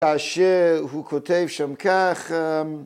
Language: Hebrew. ‫כאשר הוא כותב שם כך...